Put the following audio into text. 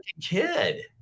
kid